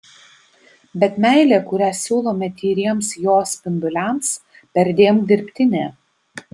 bet meilė kurią siūlome tyriems jo spinduliams perdėm dirbtinė